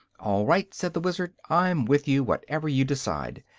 all right, said the wizard i'm with you, whatever you decide.